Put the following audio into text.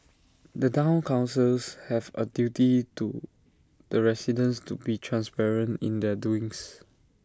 the Town councils have A duty to the residents to be transparent in their doings